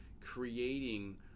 creating